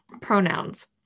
pronouns